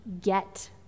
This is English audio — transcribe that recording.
get